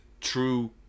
true